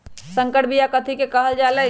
संकर बिया कथि के कहल जा लई?